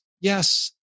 Yes